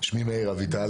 שמי מאיר אביטל,